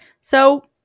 So-